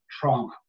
trauma